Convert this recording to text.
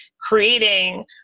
creating